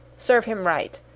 serve him right.